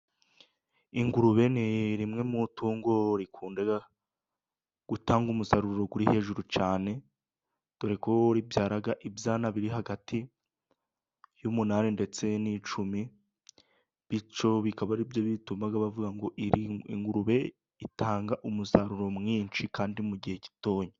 Ingurube ni imwe mu tungo akunda gutanga umusaruro uri hejuru cyane, dore ko ibyara ibyana biri hagati y'umunani ndetse n'icumi ,bicyo bikaba ari byo bituma bavuga ngo, iyi ngurube itanga umusaruro mwinshi kandi mu gihe gitoya.